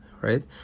right